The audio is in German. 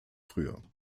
früher